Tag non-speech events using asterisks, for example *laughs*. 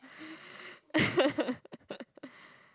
*laughs*